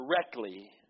directly